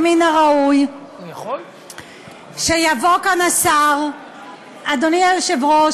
שמן הראוי שיבוא לכאן השר אדוני היושב-ראש,